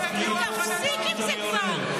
תפסיק עם זה כבר.